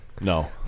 no